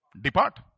depart